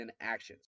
actions